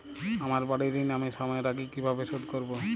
আমার বাড়ীর ঋণ আমি সময়ের আগেই কিভাবে শোধ করবো?